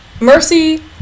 Mercy